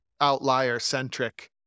outlier-centric